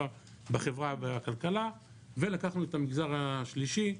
בחברה ובכלכלה ולקחנו את המגזר השלישי,